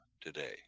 today